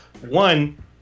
one